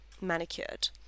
manicured